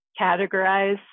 categorize